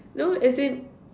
no as in